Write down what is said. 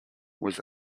was